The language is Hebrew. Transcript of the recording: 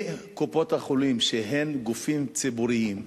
מקופות-החולים, שהן גופים ציבוריים,